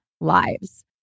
lives